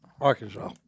Arkansas